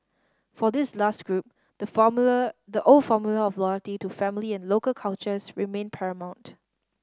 for this last group the formula the old formula of loyalty to family and local cultures remained paramount